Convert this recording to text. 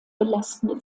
belastende